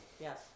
Yes